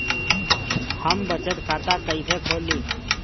हम बचत खाता कईसे खोली?